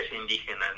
indígenas